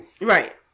Right